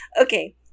Okay